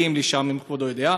אם כבודו יודע.